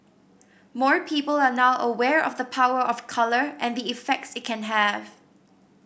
more people are now aware of the power of colour and the effects it can have